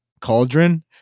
cauldron